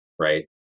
right